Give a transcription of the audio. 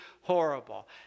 horrible